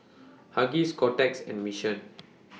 Huggies Kotex and Mission